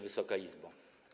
Wysoka Izbo!